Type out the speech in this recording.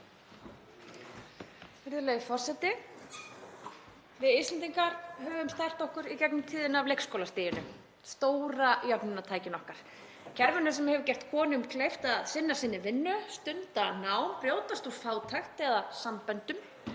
Virðulegur forseti. Við Íslendingar höfum stært okkur í gegnum tíðina af leikskólastiginu, stóra jöfnunartækinu okkar, kerfinu sem hefur gert konum kleift að sinna sinni vinnu, stunda nám, brjótast úr fátækt eða samböndum,